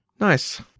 Nice